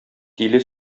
тиле